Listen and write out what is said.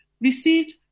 received